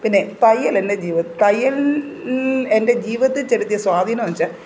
പിന്നെ തയ്യലല്ല ജീവിതം തയ്യൽ എൻ്റെ ജീവിതത്തില് ചെലുത്തിയ സ്വാധീനമെന്നുവച്ചാല്